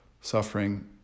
suffering